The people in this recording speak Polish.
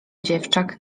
dziewczak